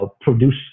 produce